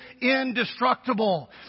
indestructible